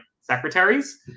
secretaries